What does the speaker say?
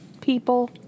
people